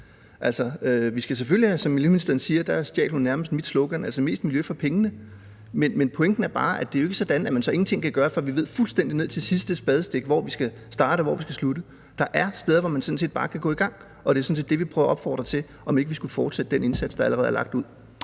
at sige, at så gør vi ingenting. Vi skal selvfølgelig, som miljøministeren siger – der stjal hun nærmest mit slogan – have mest miljø for pengene, men pointen er bare, at det jo ikke er sådan, at man så ingenting kan gøre, før vi ved fuldstændig ned til sidste spadestik, hvor vi skal starte, og hvor vi skal slutte. Der er steder, hvor man sådan set bare kan gå i gang, og det er det, vi prøver at opfordre til, altså om ikke vi skulle fortsætte den indsats, der allerede er lagt ud.